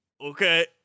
okay